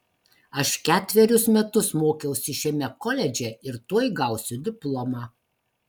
aš ketverius metus mokiausi šiame koledže ir tuoj gausiu diplomą